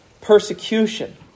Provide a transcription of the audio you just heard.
persecution